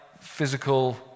physical